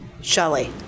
Shelly